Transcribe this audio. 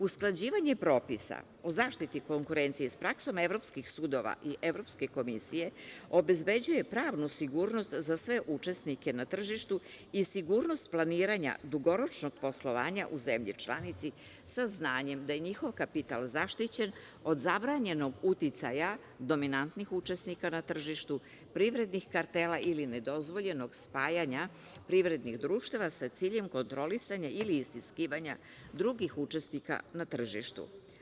Usklađivanje propisa u zaštiti konkurencije sa praksom evropskih sudova i Evropske komisije obezbeđuje pravnu sigurnost za sve učesnike na tržištu i sigurnost planiranja dugoročnog poslovanja u zemlji članici sa znanjem da je njihov kapital zaštićen od zabranjenog uticaja dominantnih učesnika na tržištu, privrednih kartela ili nedozvoljenog spajanja privrednih društava sa ciljem kontrolisanja ili istiskivanja drugih učesnika na tržištu.